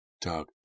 Doug